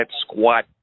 squat